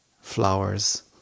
flowers